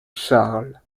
charles